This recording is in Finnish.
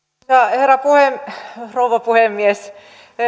rouva puhemies